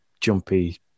jumpy